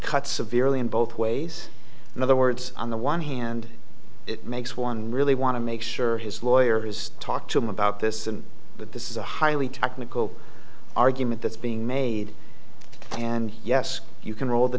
cut severely in both ways in other words on the one hand it makes one really want to make sure his lawyer is talk to him about this and that this is a highly technical argument that's being made and yes you can roll the